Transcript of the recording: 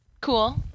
Cool